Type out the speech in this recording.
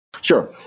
Sure